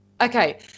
Okay